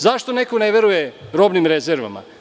Zašto neko ne veruje robnim rezervama?